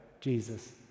Jesus